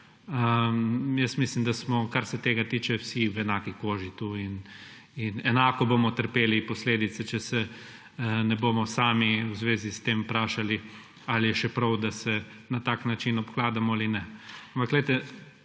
Jaz mislim, da smo, kar se tega tiče, vsi v enaki koži tu. In enako bomo trpeli posledice, če se ne bomo sami v zvezi s tem vprašali, ali je še prav, da se na tak način obkladamo, ali ne.